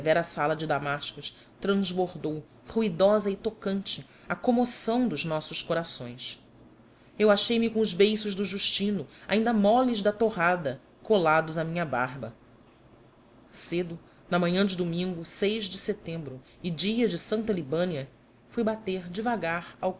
severa sala de damascos transbordou ruidosa e tocante a comoção dos nossos corações eu achei-me com os beiços do justino ainda moles da torrada colados à minha barba cedo na manhã de domingo de setembro e dia de santa libânia fui bater devagar ao